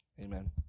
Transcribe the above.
amen